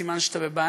סימן שאתה בבעיה.